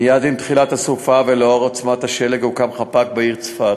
מייד עם תחילת הסופה ולאור עוצמת השלג הוקם חפ"ק בעיר צפת,